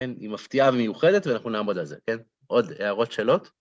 כן, היא מפתיעה ומיוחדת ואנחנו נעמוד על זה, כן? עוד הערות שאלות?